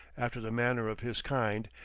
after the manner of his kind,